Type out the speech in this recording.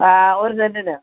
ആ ഒര് സെൻറ്റിന്